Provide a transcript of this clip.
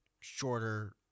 shorter